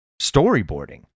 storyboarding